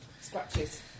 scratches